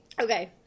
Okay